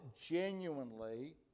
genuinely